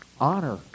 honor